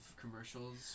commercials